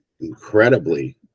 incredibly